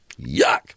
Yuck